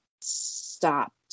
stopped